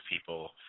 people